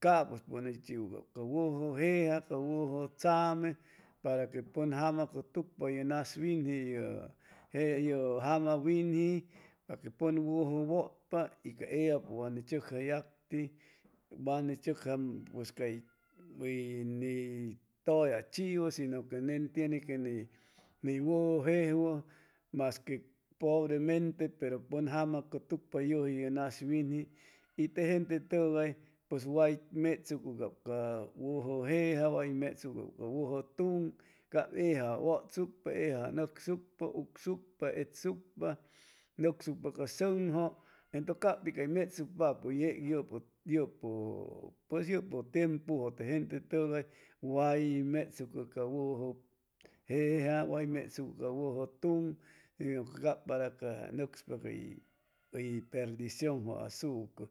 Capu ca pun is chiwu cab ca wuju jeja ca wuju tsame para que pun jama cutucpa ye nas winji yu jama winji pa que pun wuju wutpa y ca ellapu wani tsucja yacti wa ni tsucja pues cay uy ni tuya chiu si no que nen tiene que ni wuju jejuwu masque pobre mente pero pun jama cutucpa yuji yu nas winji y te gente tugay pues way metsucu cab ca wuju jeja way metsucu ca wuju tun cab ellaju wutsucpa ellaju nucsucpa u ucsucpu etsucpa nucsucpa ca sunju entu cab pica metsucu ca wuju jeja way metsucu ca wuju tun si no que cab para que nucspa para cay uy perdición a'suco